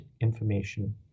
information